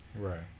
right